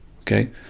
okay